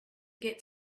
get